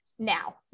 Now